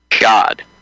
God